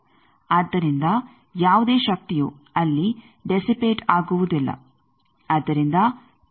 ಆದ್ದರಿಂದ ಯಾವುದೇ ಶಕ್ತಿಯು ಅಲ್ಲಿ ಡೆಸಿಪೇಟ್ ಆಗುವುದಿಲ್ಲ